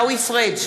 פותחים,